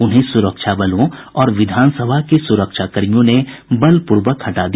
उन्हें सुरक्षा बलों और विधान सभा के सुरक्षा कर्मियों ने बल पूर्वक हटा दिया